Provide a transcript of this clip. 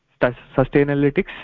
Sustainalytics